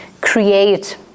create